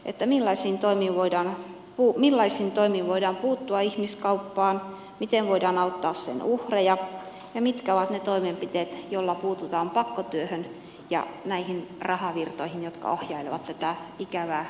että millaisiin toimiin voidaan tuomiojalta millaisin toimin voidaan puuttua ihmiskauppaan miten voidaan auttaa sen uhreja ja mitkä ovat ne toimenpiteet joilla puututaan pakkotyöhön ja näihin rahavirtoihin jotka ohjailevat tätä ikävää rikollista ilmiötä